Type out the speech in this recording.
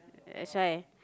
that's why